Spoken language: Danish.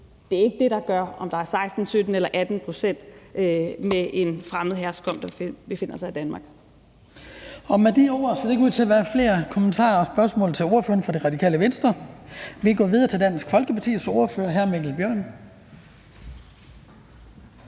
det er ikke det, der gør, om der er 16, 17 eller 18 pct. med en fremmed herkomst, der befinder sig i Danmark. Kl. 15:27 Den fg. formand (Hans Kristian Skibby): Med de ord ser der ikke ud til at være flere kommentarer og spørgsmål til ordføreren fra Radikale Venstre. Vi går videre til Dansk Folkepartis ordfører, hr. Mikkel Bjørn.